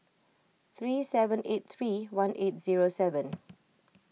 three seven eight three one eight zero seven